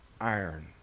iron